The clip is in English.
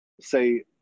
say